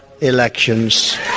elections